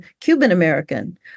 Cuban-American